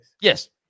Yes